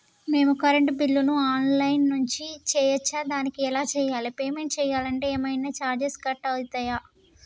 మేము కరెంటు బిల్లును online నుంచి చేయచ్చా? దానికి ఎలా చేయాలి? పేమెంట్ చేయాలంటే ఏమైనా చార్జెస్ కట్ అయితయా?